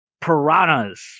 piranhas